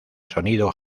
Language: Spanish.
sonido